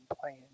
playing